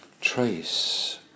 trace